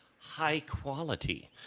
high-quality